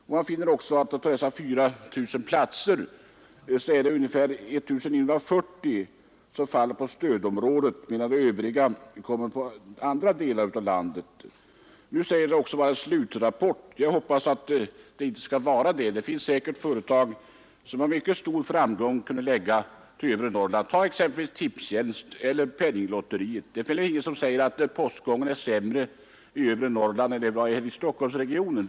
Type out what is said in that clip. Vi finner också att av dessa 4 000 platser är det ungefär 1 940 som faller på stödområdet, medan resten faller på andra delar av landet. Nu sägs det också att det är en slutrapport. Jag hoppas att det inte skall vara det. Säkert finns det företag som man med mycket stor framgång kunde förlägga till övre Norrland, exempelvis Tipstjänst eller Penninglotteriet. Det är väl ingen som säger att postgången är sämre i övre Norrland än vad den är här i Stockholmsregionen.